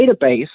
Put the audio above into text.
database